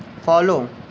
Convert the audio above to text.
follow